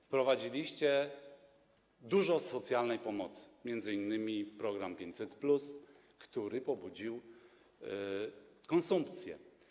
Wprowadziliście dużo socjalnej pomocy, m.in. program 500+, który pobudził konsumpcję.